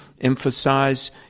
emphasize